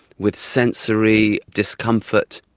with sensory discomfort,